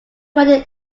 wedding